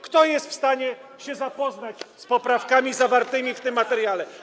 Kto jest w stanie zapoznać się z poprawkami zawartymi w tym materiale?